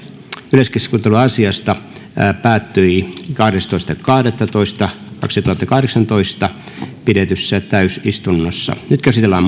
yleiskeskustelu asiasta päättyi kahdestoista kahdettatoista kaksituhattakahdeksantoista pidetyssä täysistunnossa nyt käsitellään